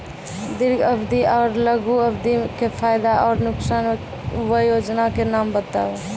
दीर्घ अवधि आर लघु अवधि के फायदा आर नुकसान? वयोजना के नाम बताऊ?